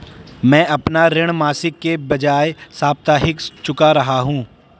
मैं अपना ऋण मासिक के बजाय साप्ताहिक चुका रहा हूँ